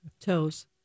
toes